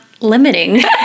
limiting